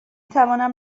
توانم